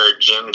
gym